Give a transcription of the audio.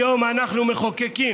היום אנחנו מחוקקים